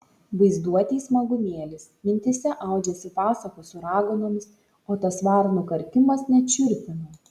vaizduotei smagumėlis mintyse audžiasi pasakos su raganomis o tas varnų karkimas net šiurpina